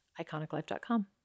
iconiclife.com